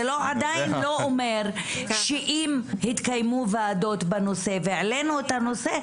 גם אם התקיימו ועדות בנושא וגם אם העלינו את הנושא,